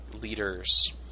leaders